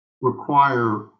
require